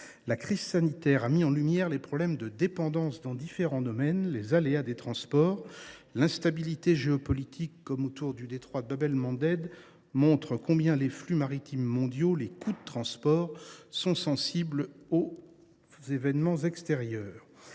La crise sanitaire a mis en lumière les problèmes de dépendance dans différents domaines et les aléas des transports. L’instabilité géopolitique, comme autour du détroit de Bab el Mandeb, montre combien les flux maritimes mondiaux et les coûts du transport sont sensibles aux événements extérieurs.